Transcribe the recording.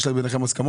יש ביניכם הסכמות?